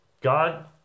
God